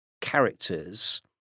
characters